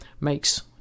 makes